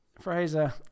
fraser